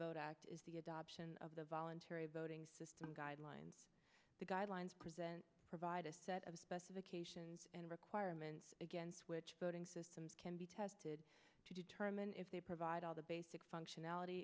vote act is the adoption of the voluntary voting system guidelines the guidelines present provide a set of specifications and requirements against which voting systems can be tested to determine if they provide all the basic functionality